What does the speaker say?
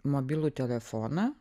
mobilų telefoną